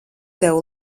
tev